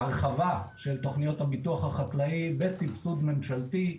הרחבה של תוכניות הביטוח החקלאי בסבסוד ממשלתי,